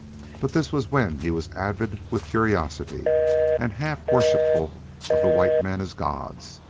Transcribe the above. but this was when he was avid with curiosity and half-worshipful of the white men as gods.